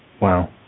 Wow